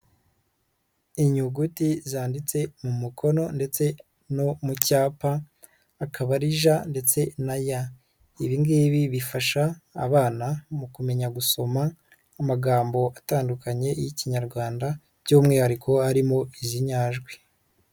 Inyuguti zanditse mu mukono ndetse no mu cyapa akaba j ndetse na y, ibi ngibi bifasha abana mu kumenya gusoma amagambo atandukanye y'Ikinyarwanda by'umwihariko arimo izi nyajwi.